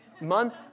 month